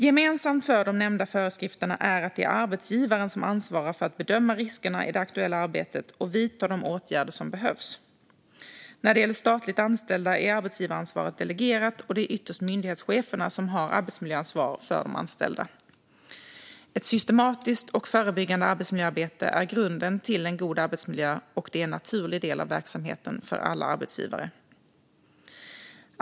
Gemensamt för de nämnda föreskrifterna är att det är arbetsgivaren som ansvarar för att bedöma riskerna i det aktuella arbetet och vidta de åtgärder som behövs. När det gäller statligt anställda är arbetsgivaransvaret delegerat, och det är ytterst myndighetscheferna som har arbetsmiljöansvar för de anställda. Ett systematiskt och förebyggande arbetsmiljöarbete är grunden till en god arbetsmiljö, och det är en naturlig del av verksamheten för alla arbetsgivare.